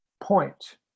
point